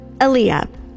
Eliab